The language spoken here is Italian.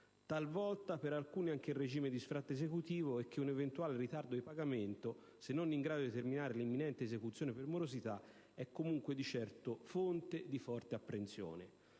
talvolta per alcuni anche in regime di sfratto esecutivo, considerato che un eventuale ritardo di pagamento, se non in grado di determinare l'imminente esecuzione per morosità, è comunque fonte di forte apprensione.